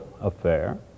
affair